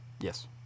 Yes